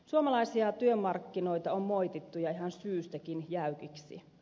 suomalaisia työmarkkinoita on moitittu ja ihan syystäkin jäykiksi